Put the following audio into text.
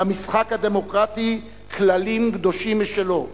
למשחק הדמוקרטי כללים קדושים משלו.